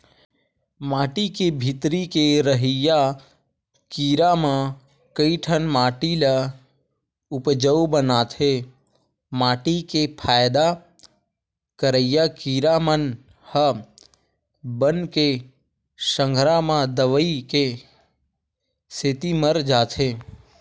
माटी के भीतरी के रहइया कीरा म कइठन माटी ल उपजउ बनाथे माटी के फायदा करइया कीरा मन ह बन के संघरा म दवई के सेती मर जाथे